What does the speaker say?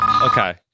okay